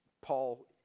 Paul